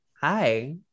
Hi